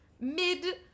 mid